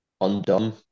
undone